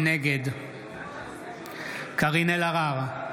נגד קארין אלהרר,